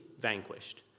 vanquished